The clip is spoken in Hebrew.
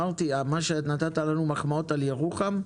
נתת לנו מחמאות על ירוחם,